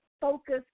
Focus